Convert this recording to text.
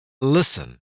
Listen